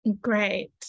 Great